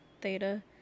Theta